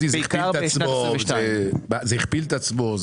בעיקר בשנת 2022. כשאתה אומר שזה הכפיל את עצמו,